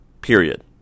Period